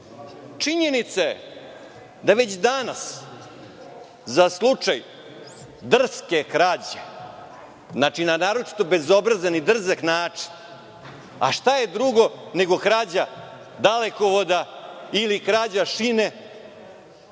činjenica je da je već danas za slučaj drske krađe, na naročito bezobrazan i drzak način, a šta je drugo nego krađa dalekovoda ili krađa šine